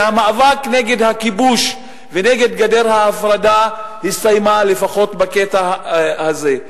שהמאבק נגד הכיבוש ונגד גדר ההפרדה יסתיים לפחות בקטע הזה.